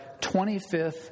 25th